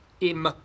Im